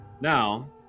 Now